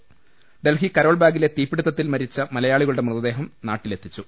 ്ഥ ഡൽഹി കരോൾബാഗിലെ തീപിടിത്തത്തിൽ മരിച്ച മലയാളികളുടെ മൃതദേഹം നാട്ടിലെത്തിച്ചു